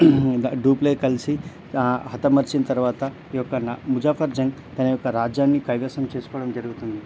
Dupleix కలిసి హత మార్చిన తరువాత ఈయొక్క ముజాఫర్ జంగ్ తన యొక్క రాజ్యాన్ని కైవసం చేసుకోవడం జరుగుతుంది